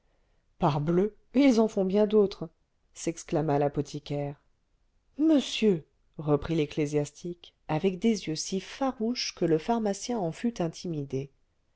parbleu ils en font bien d'autres exclama l'apothicaire monsieur reprit l'ecclésiastique avec des yeux si farouches que le pharmacien en fut intimidé